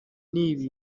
n’ibi